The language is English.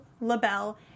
Labelle